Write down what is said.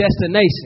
destination